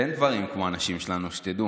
אין דברים כמו הנשים שלו, שתדעו.